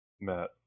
Matt